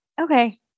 Okay